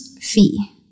fee